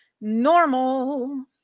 normal